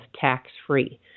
tax-free